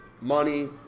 money